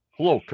Hello